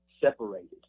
separated